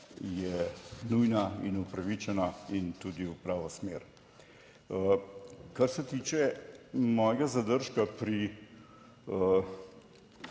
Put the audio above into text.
je nujna in upravičena in tudi v pravo smer. Kar se tiče mojega zadržka pri